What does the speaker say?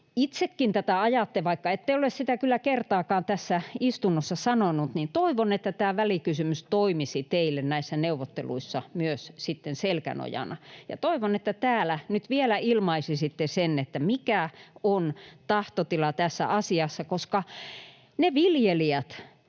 itsekin tätä ajatte — vaikka ette ole sitä kyllä kertaakaan tässä istunnossa sanonut — tämä välikysymys toimisi teille neuvotteluissa myös selkänojana, ja toivon, että täällä nyt vielä ilmaisisitte, mikä on tahtotila tässä asiassa, koska ne viljelijät,